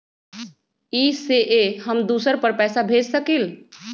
इ सेऐ हम दुसर पर पैसा भेज सकील?